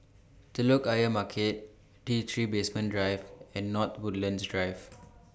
Telok Ayer Market T three Basement Drive and North Woodlands Drive